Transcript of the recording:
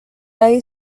ahí